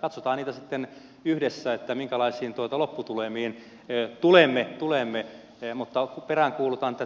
katsotaan niitä sitten yhdessä minkälaisiin lopputulemiin tulemme mutta peräänkuulutan